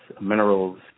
minerals